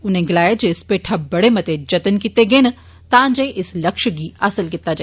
उनें गलाया जे इस पैठा बड़े मते जत्न कीते गए न तां जे इस लक्ष्य गी हासिल कीता जा